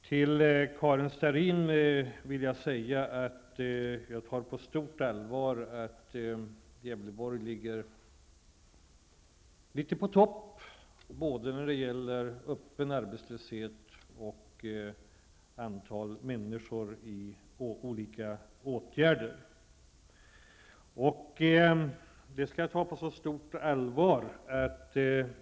Till Karin Starrin vill jag säga att jag tar på stort allvar att Gävleborg ligger i topp både när det gäller öppen arbetslöshet och antalet människor i olika åtgärder.